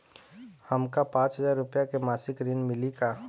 हमका पांच हज़ार रूपया के मासिक ऋण मिली का?